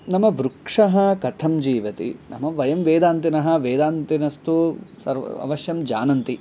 नाम वृक्षः कथं जीवति नाम वयं वेदान्तिनः वेदान्तिनस्तु सर्वम् अवश्यं जानन्ति